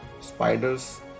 spiders